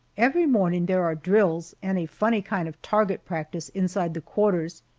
every morning there are drills and a funny kind of target practice inside the quarters,